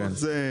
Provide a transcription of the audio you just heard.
עוד משהו?